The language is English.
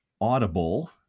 Audible